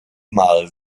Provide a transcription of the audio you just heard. mal